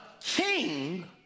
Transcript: king